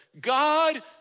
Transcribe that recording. God